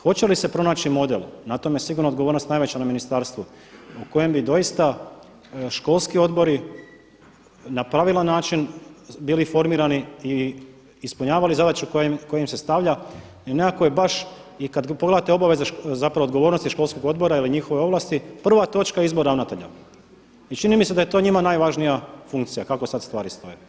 Hoće li se pronaći model na tome je sigurno odgovornost najveća na ministarstvu u kojem bi doista školski odbori na pravilan način bili formirani i ispunjavali zadaću koja im se stavlja i nekako je baš kad pogledate odgovornosti školskog odbora ili njihove ovlasti prva točka izbor ravnatelja i čini mi se da je to njima najvažnija funkcija kako sad stvari stoje.